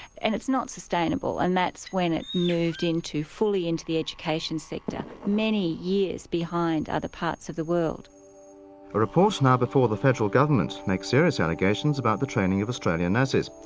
and it's not sustainable, and that's when it moved into fully into the education sector, many years behind other parts of the world. the reports now before the federal government make serious allegations about the training of australian nurses.